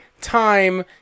time